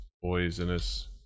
poisonous